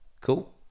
Cool